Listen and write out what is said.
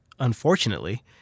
Unfortunately